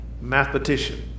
mathematician